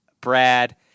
Brad